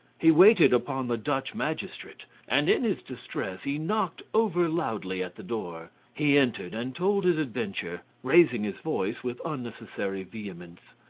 he waited upon the dutch magistrate, and in his distress he knocked over loudly at the door. he entered and told his adventure, raising his voice with unnecessary vehemence.